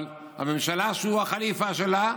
אבל בממשלה שהוא החליפה שלה,